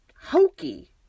hokey